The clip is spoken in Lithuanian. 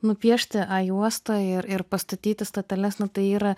nupiešti a juostą ir ir pastatyti stoteles nu tai yra